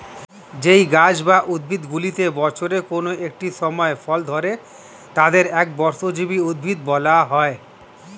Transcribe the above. যেই গাছ বা উদ্ভিদগুলিতে বছরের কোন একটি সময় ফল ধরে তাদের একবর্ষজীবী উদ্ভিদ বলা হয়